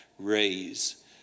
raise